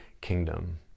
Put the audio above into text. kingdom